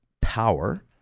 power